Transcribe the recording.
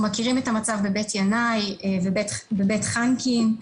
אנחנו מכירים את המצב בבית ינאי, בבית חנקין.